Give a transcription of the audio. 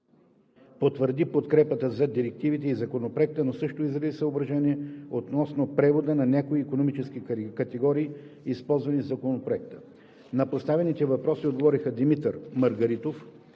потвърди подкрепата за директивите и Законопроекта, но също изрази съображения относно превода на някои икономически категории, използвани в Законопроекта. На поставените въпроси отговориха Димитър Маргаритов